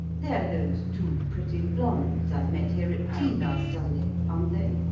they're those two pretty blondes i met here at tea last sunday, aren't they?